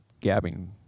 gabbing